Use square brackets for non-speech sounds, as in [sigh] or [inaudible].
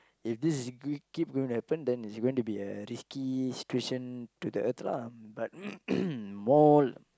if this is g~ keep going to happen then it's going to be a risky situation to the earth lah but [noise] more